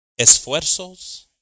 esfuerzos